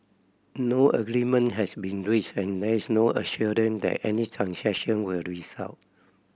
no agreement has been reached and there is no assurance that any transaction will result